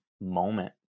moment